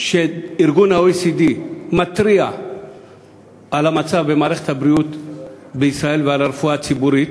שה-OECD מתריע על המצב במערכת הבריאות בישראל ועל הרפואה הציבורית,